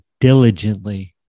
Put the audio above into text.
diligently